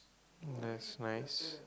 that's nice